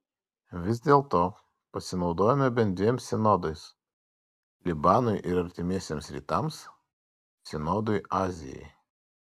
vis dėlto pasinaudojome bent dviem sinodais libanui ir artimiesiems rytams sinodui azijai